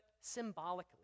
symbolically